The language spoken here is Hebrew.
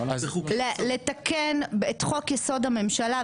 לתקן את חוק-יסוד: הממשלה,